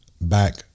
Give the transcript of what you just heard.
Back